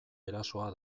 erasoa